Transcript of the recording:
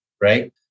right